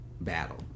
battle